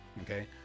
okay